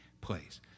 place